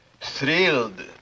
thrilled